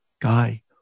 Guy